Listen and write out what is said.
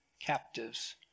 captives